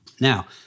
Now